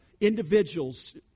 individuals